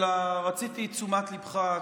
אלא רציתי את תשומת ליבך,